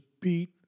beat